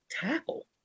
tackle